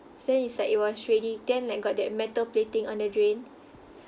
so it's like it was raining then like got that metal plating on the drain